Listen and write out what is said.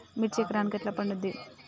మిర్చి ఎకరానికి ఎట్లా పండుద్ధి?